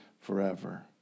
forever